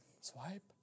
Swipe